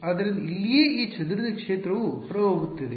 ಆದ್ದರಿಂದ ಇಲ್ಲಿಯೇ ಈ ಚದುರಿದ ಕ್ಷೇತ್ರವು ಹೊರಹೋಗುತ್ತಿದೆ